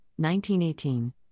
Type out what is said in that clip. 1918